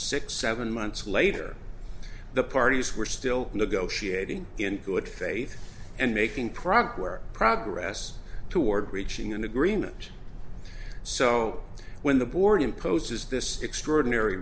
six seven months later the parties were still negotiating in good faith and making progress progress toward reaching an agreement so when the board imposes this extraordinary